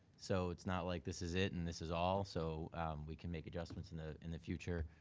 so it's not like this is it and this is all. so we can make adjustments in the in the future.